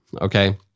Okay